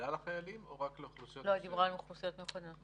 לכלל החיילים או רק לאוכלוסיות מסוימות?